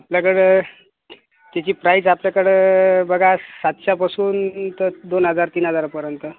आपल्याकडं त्याची प्राईज आपल्याकडं बघा सातशेपासून तर दोन हजार तीन हजारापर्यंत